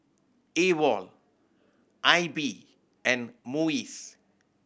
aWOL I B and MUIS